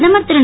பிரதமர் திரு